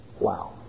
Wow